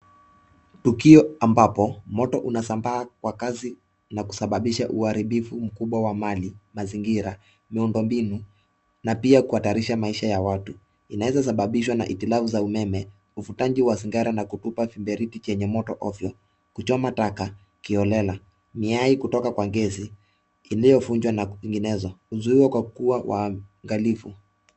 Tukio ambapo moto unasambaa kwa kazi na kusababisha uharibifu mkubwa ma mali, mazingira, miundombinu na pia kuhatarisha maisha ya watu. Inaweza sababishwa na hitilafu za umeme, uvutaji wa sigara na kutupa viberiti vyenye moto ovyo, kuchoma taka kiholela, miai kutoka kwa gesi iliyovunjwa na nginginezo. Huzuiwa kwa kuwa waangalifu.